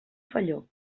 felló